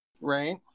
Right